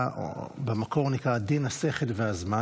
במקור הוא נקרא "דין השכל והזמן".